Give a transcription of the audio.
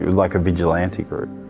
like a vigilante group?